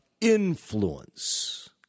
influence